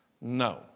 No